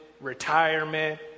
retirement